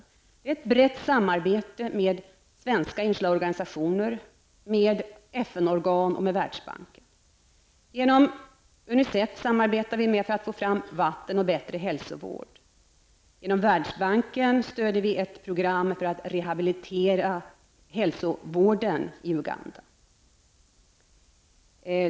Det är ett brett samarbete med svenska internationella organisationer, med FN organ och med Världsbanken. Genom UNICEF samarbetar vi för att få fram vatten och en bättre hälsovård. Genom Världsbanken stöder vi ett program för att rehabilitera hälsovården i Uganda.